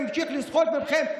וממשיך לסחוט מכם,